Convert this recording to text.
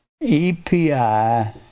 E-P-I